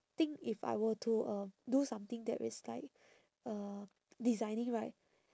think if I were to uh do something there is like uh designing right